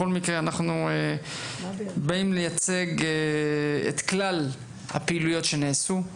באים לייצג את כלל הפעילויות שנעשו,